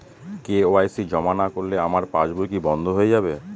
KYC জমা না করলে আমার পাসবই কি বন্ধ হয়ে যাবে?